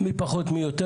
מי פחות מי יותר.